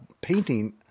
painting